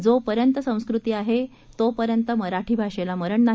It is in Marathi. जो पर्यंत संस्कृती आहे तो पर्यंत मराठी भाषेला मरण नाही